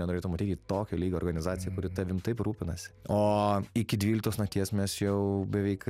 nenorėtum ateit į tokio lygio organizaciją kuri tavim taip rūpinasi o iki dvyliktos nakties mes jau beveik